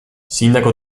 sindaco